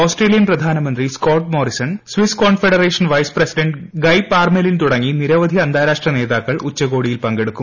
hose ട്രേലിയൻ പ്രധാനമന്ത്രി Scott Morrison Swiss Confederation vice president Guy Parmelin തുടങ്ങി നിരവധി അന്താരാഷ്ട്ര നേതാക്കൾ ഉച്ചകോടിയിൽ പങ്കെടുക്കും